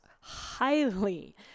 highly